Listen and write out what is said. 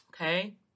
Okay